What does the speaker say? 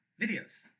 videos